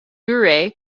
ure